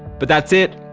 but that's it,